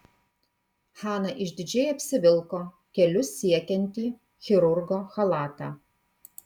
hana išdidžiai apsivilko kelius siekiantį chirurgo chalatą